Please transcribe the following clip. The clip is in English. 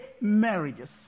marriages